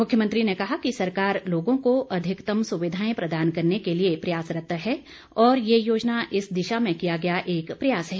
मुख्यमंत्री ने कहा कि सरकार लोगों को अधिकतम सुविधाएं प्रदान करने के लिए प्रयासरत है और ये योजना इस दिशा में किया गया एक प्रयास है